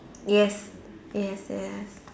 yes yes yes